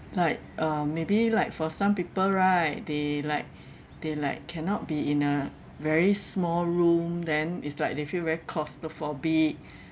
like uh maybe like for some people right they like they like cannot be in a very small room then is like they feel very claustrophobic